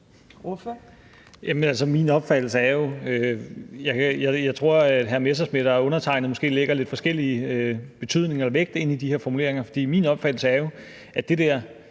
jeg tror, hr. Morten Messerschmidt og undertegnede måske lægger lidt forskellige betydninger eller vægt ind i de her formuleringer, for min opfattelse er jo, at det der